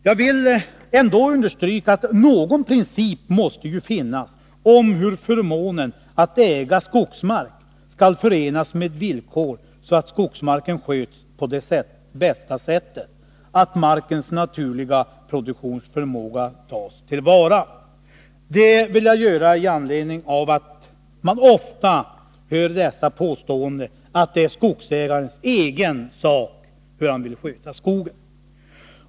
Jag vill ändå understryka att någon princip måste finnas om hur förmånen att äga skogsmark skall förenas med sådana villkor att skogsmarken sköts på det bästa sättet och att markens naturliga produktionsförmåga tas till vara. Detta vill jag göra i anledning av att man ofta gör påståendet att det är skogsägarens egen sak hur han vill sköta skogen.